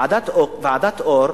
ועדת-אור,